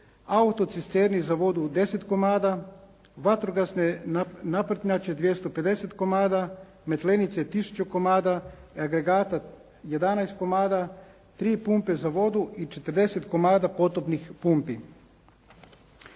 autocisterni za vodu 10 komada, vatrogasne naprtnjače 250 komada, metlenice 1000 komada, agregata 11 komada, 3 pumpe za vodu i 40 komada potopnih pumpi.